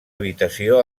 habitació